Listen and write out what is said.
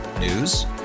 News